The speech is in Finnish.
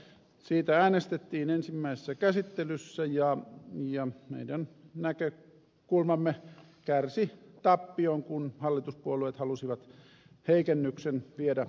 siitä äänestettiin ensimmäisessä käsittelyssä ja meidän näkökulmamme kärsi tappion kun hallituspuolueet halusivat heikennyksen viedä läpi